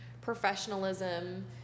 professionalism